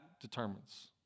determines